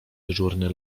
dyżurny